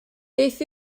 beth